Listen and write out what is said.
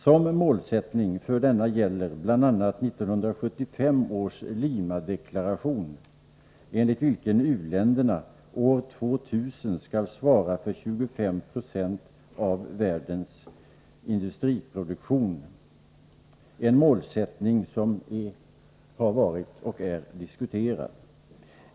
Som målsättning för denna gäller bl.a. 1975 års Lima-deklaration, enligt vilken u-länderna år 2000 skall svara för 25 26 av världens industriproduktion — en målsättning som har varit och är diskuterad.